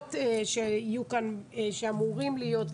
הסעות שאמורות להיות.